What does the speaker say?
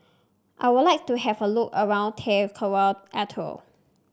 I would like to have a look around Tarawa Atoll